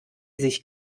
sich